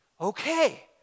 Okay